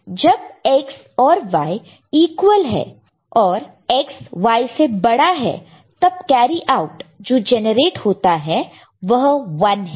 जब X और Y equal है और X Y से बड़ा है तब कैरी आउट जो जेनरेट होता है वह 1 है